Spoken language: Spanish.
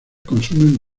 consumen